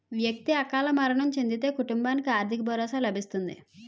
వ్యక్తి అకాల మరణం చెందితే కుటుంబానికి ఆర్థిక భరోసా లభిస్తుంది